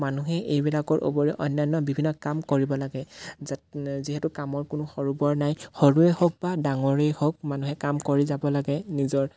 মানুহেই এইবিলাকৰ উপৰিও অন্যান্য বিভিন্ন কাম কৰিব লাগে যা যিহেতু কামৰ কোনো সৰু বৰ নাই সৰুৱেই হওক বা ডাঙৰেই হওক মানুহে কাম কৰি যাব লাগে নিজৰ